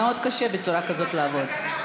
מאוד קשה בצורה כזאת לעבוד.